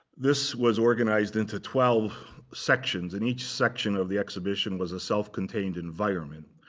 this was organized into twelve sections. and each section of the exhibition was a self-contained environment.